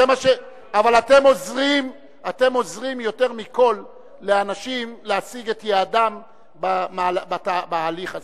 אתם עוזרים יותר מכול לאנשים להשיג את יעדם בהליך הזה.